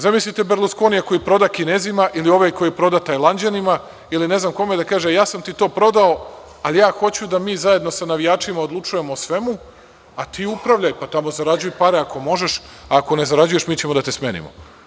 Zamislite Berluskonija koji proda Kinezima ili ovaj koji proda Tajlanđanima ili ne znam kome i da kaže – ja sam ti to prodao, ali ja hoću da mi zajedno sa navijačima odlučujemo o svemu, a ti upravljaj pa tamo zarađuj pare ako možeš, a ako ne zarađuješ mi ćemo da te smenimo.